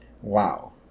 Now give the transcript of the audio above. Wow